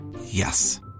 Yes